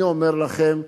אני אומר לכם,